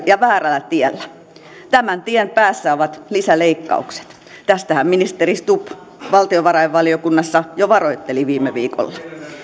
ja väärällä tiellä tämän tien päässä ovat lisäleikkaukset tästähän ministeri stubb valtiovarainvaliokunnassa jo varoitteli viime viikolla